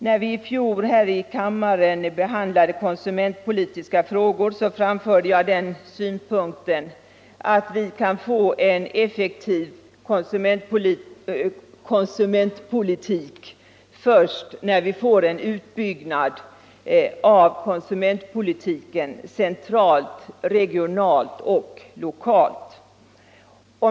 När vi i fjol här i kammaren behandlade konsumentpolitiska frågor framförde jag den synpunkten att vi kan få en effektiv konsumentpolitik först när vi får en utbyggnad av konsumentpolitiken centralt, regionalt och lokalt.